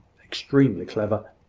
extremely clever.